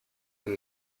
than